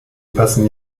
passen